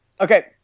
Okay